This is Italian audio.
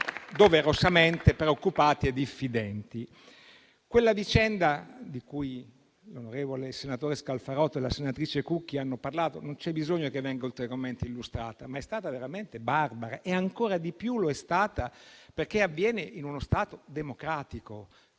doverosamente molto preoccupati e diffidenti. La vicenda di cui il senatore Scalfarotto e la senatrice Cucchi hanno parlato non c'è bisogno che venga ulteriormente illustrata, ma è stata veramente barbara. Ancora di più lo è stata, perché avviene in uno Stato democratico